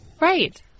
Right